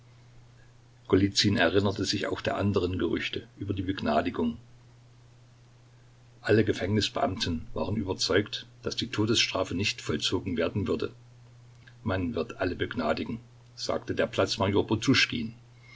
erinnerte sich auch der anderen gerüchte über die begnadigung alle gefängnisbeamten waren überzeugt daß die todesstrafe nicht vollzogen werden würde man wird alle begnadigen sagte der platz major